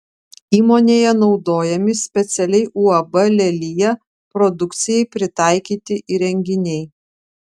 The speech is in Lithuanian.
įmonėje naudojami specialiai uab lelija produkcijai pritaikyti įrenginiai